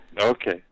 Okay